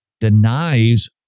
denies